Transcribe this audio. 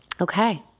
Okay